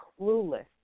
clueless